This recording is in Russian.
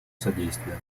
содействия